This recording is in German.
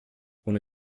ohne